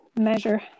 measure